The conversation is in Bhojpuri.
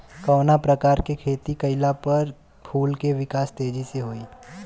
कवना प्रकार से खेती कइला पर फूल के विकास तेजी से होयी?